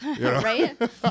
Right